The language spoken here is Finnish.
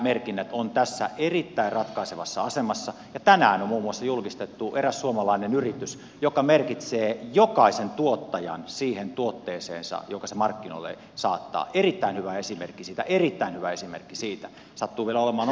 alkuperämerkinnät ovat tässä erittäin ratkaisevassa asemassa ja tänään on muun muassa julkistettu eräs suomalainen yritys joka merkitsee jokaisen tuottajan siihen tuotteeseensa jonka se markkinoille saattaa erittäin hyvä esimerkki siitä erittäin hyvä esimerkki siitä sattuu vielä olemaan omassa maakunnassani